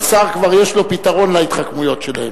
השר כבר יש לו פתרון להתחכמויות שלהם.